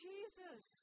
Jesus